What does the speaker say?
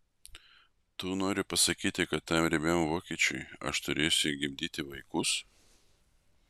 tu nori pasakyti kad tam riebiam vokiečiui aš turėsiu gimdyti vaikus